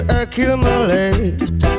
accumulate